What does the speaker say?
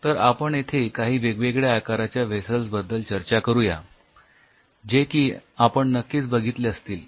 तर आपण येथे काही वेगवेगळ्या आकाराच्या व्हेसल्स बद्दल चर्चा करूया जे की आपण नक्कीच बघितले असतील